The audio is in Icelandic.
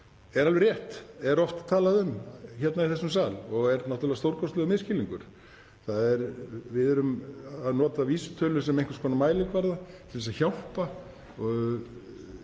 er alveg rétt að er oft talað um hér í þessum sal og er náttúrlega stórkostlegur misskilningur. Við erum að nota vísitölu sem einhvers konar mælikvarða til að hjálpa